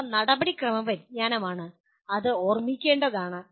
ഇവ നടപടിക്രമ പരിജ്ഞാനമാണ് അത് ഓർമ്മിക്കേണ്ടതാണ്